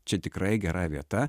čia tikrai gera vieta